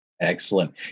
Excellent